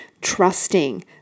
trusting